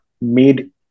made